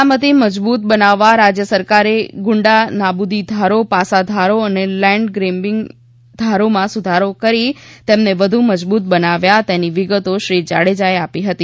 સલામતી મજબૂત બનાવવા રાજ્ય સરકારે ગુંડા નાબૂદી ધારો પાસા ધારો તથા લેન્ડ ગ્રેબીંગ ધારામાં સુધારો કરી તેમને વધુ મજબૂત બનાવ્યા તેની વિગતો શ્રી જાડેજાએ આપી હતી